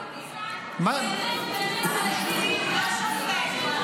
--- אתה באמת באמת עומד מאחורי דרורי?